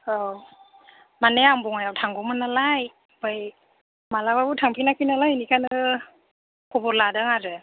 औ माने आं बङाइआव थांगौमोन नालाय ओमफ्राइ मालाबाबो थांजेनाखै नालाय बेखायनो खबर लादों आरो